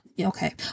okay